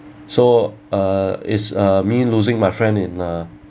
so uh is uh me losing my friend in uh